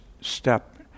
step